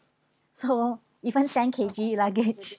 so even ten K_G luggage